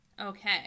Okay